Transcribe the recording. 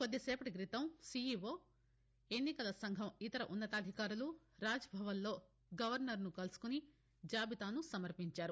కొద్దీసేపటి క్రితం సీఈఓ ఎన్నికల సంఘం ఇతర ఉన్నతాధికారులు రాజ్ భవన్లో గవర్నర్ను కలుసుకొని జాబితాను సమర్పించారు